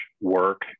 work